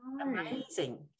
amazing